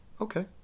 okay